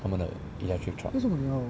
他们的 electric trucks